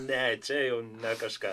ne čia jau ne kažką